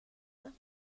them